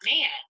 man